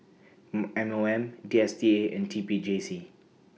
M O M D S T A and T P J C